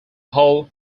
hull